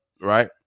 right